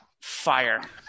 Fire